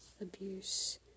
abuse